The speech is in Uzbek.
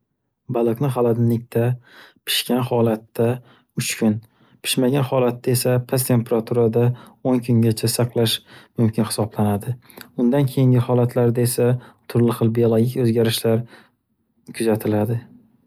Baliqni xalidinlikda, pishgan holatda uch kun, pishmagan holatda esa past temperaturada o'n kungacha saqlash mumkin hisoblanadi. Undan keyingi holatlarda esa turli xil biologik o'zgarishlar kuzatiladi.